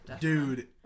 Dude